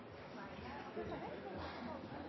at de ulike aktørene vil få